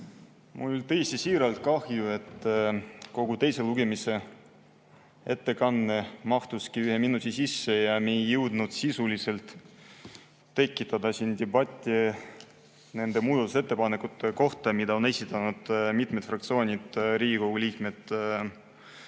Mul on tõesti siiralt kahju, et kogu teise lugemise ettekanne mahtus ühe minuti sisse ja me ei jõudnud sisuliselt tekitada siin debatti nende muudatusettepanekute üle, mis on esitanud mitmed fraktsioonid ja Riigikogu liikmed,